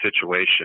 situation